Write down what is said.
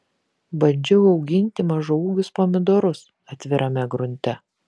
bandžiau auginti mažaūgius pomidorus atvirame grunte